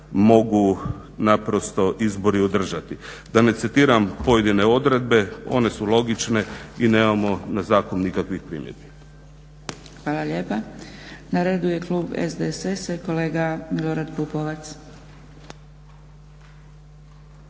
mogu naprosto izbori održati. Da ne citiram pojedine odredbe, one su logične i nemamo na zakon nikakvih primjedbi. **Zgrebec, Dragica (SDP)** Hvala lijepa. Na redu je klub SDSS-a i kolega Milorad Pupovac.